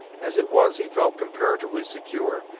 as it was, he felt comparatively secure,